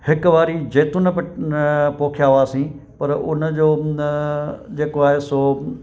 हिकु वारी जैतुन पट न पोखिया हुआसीं पर उन जो न जेको आहे सो